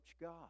God